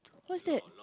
what's that